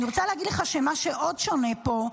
אני רוצה להגיד לך שמה שעוד שונה פה,